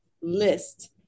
list